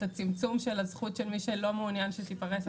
הצמצום של הזכות של מי שלא מעוניין שתיפרס הרשת.